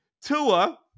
Tua